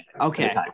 Okay